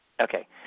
Okay